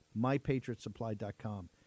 Mypatriotsupply.com